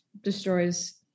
destroys